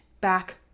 back